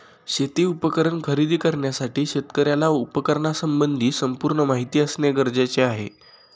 शेती उपकरण खरेदी करण्यासाठी शेतकऱ्याला उपकरणासंबंधी संपूर्ण माहिती असणे गरजेचे आहे